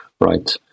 right